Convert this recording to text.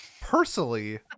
Personally